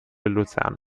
luzern